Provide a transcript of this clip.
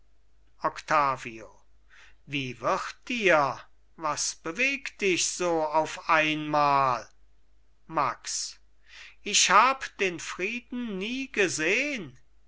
octavio wie wird dir was bewegt dich so auf einmal max ich hab den frieden nie gesehn